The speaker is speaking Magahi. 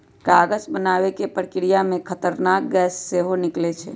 कागज बनाबे के प्रक्रिया में खतरनाक गैसें से निकलै छै